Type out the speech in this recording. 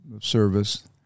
service